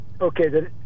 Okay